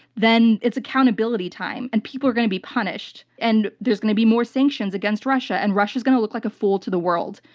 then it's accountability time, and people are going to be punished. and there's going to be more sanctions against russia, and russia is going to look like a fool to the world.